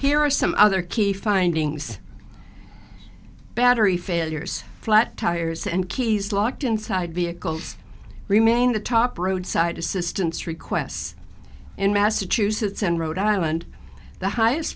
here are some other key findings battery failures flat tires and keys locked inside vehicles remain the top roadside assistance requests in massachusetts and rhode island the highest